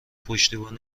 پشتیبان